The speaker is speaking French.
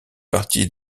partie